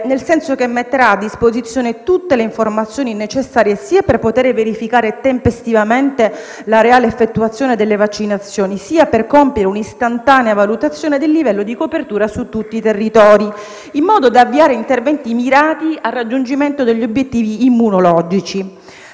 nel senso che metterà a disposizione tutte le informazioni necessarie sia per poter verificare tempestivamente la reale effettuazione delle vaccinazioni, sia per compiere un'istantanea valutazione del livello di copertura su tutti i territori, in modo da avviare interventi mirati al raggiungimento degli obiettivi immunologici.